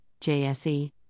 JSE